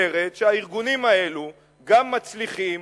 אומרות שהארגונים האלו גם מצליחים